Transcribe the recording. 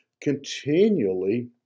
continually